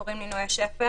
קוראים לי נויה שפר,